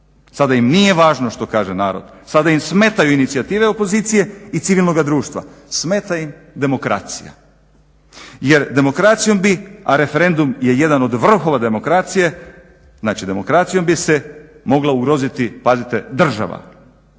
Sada im nije važno što kaže narod, sada im smetaju inicijative opozicije i civilnoga društva, smeta im demokracija. Jer demokracijom bi, a referendum je jedan od vrhova demokracije. Znači, demokracijom bi se mogla ugroziti, pazite, država.